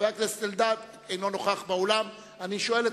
לסעיף 12,